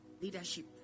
leadership